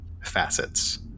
facets